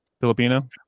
Filipino